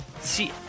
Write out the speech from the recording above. See